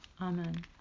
Amen